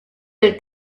del